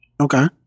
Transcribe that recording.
Okay